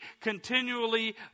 continually